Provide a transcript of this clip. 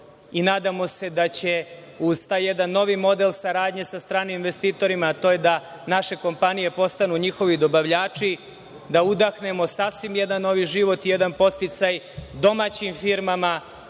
i nadamo se da ćemo, uz taj jedan novi model saradnje sa stranim investitorima, a to je da naše kompanije postanu njihovi dobavljači, da udahnemo sasvim jedan novi život i jedan podsticaj domaćim firmama